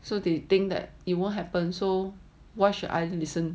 so they think that it won't happen so why should I listen